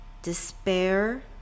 Despair